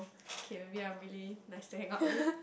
okay I'm really nice to hang out with